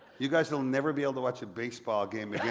you guys will never be able to watch a baseball game yeah